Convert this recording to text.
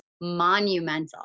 monumental